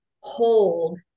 hold